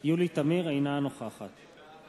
אינה נוכחת נא